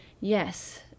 yes